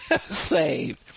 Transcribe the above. saved